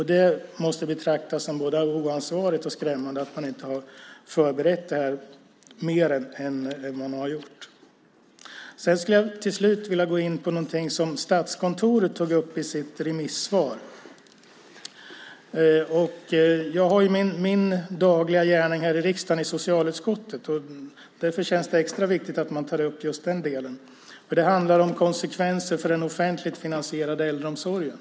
Det måste betraktas som både oansvarigt och skrämmande att man inte har förberett detta mer än man har gjort. Till slut skulle jag vilja gå in på någonting som Statskontoret tog upp i sitt remissvar. Jag har min dagliga gärning här i riksdagen i socialutskottet. Därför känns det extra viktigt att ta upp just den delen. Det handlar om konsekvenser för den offentligt finansierade äldreomsorgen.